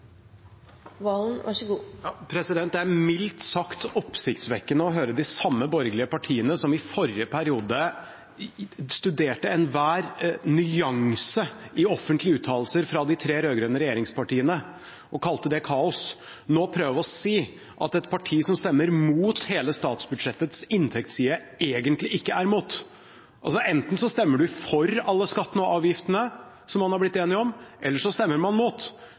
er mildt sagt oppsiktsvekkende å høre de samme borgerlige partiene som i forrige periode studerte enhver nyanse i offentlige uttalelser fra de tre rød-grønne regjeringspartiene og kalte det kaos, nå prøve å si at et parti som stemmer imot hele statsbudsjettets inntektsside, egentlig ikke er imot. Enten stemmer man for alle skattene og avgiftene som man har blitt enige om, eller så stemmer man